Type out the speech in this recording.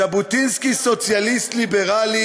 ז'בוטינסקי סוציאליסט ליברלי